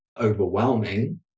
overwhelming